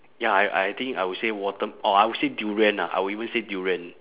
ya I I think I will say water~ or I will say durian ah I will even say durian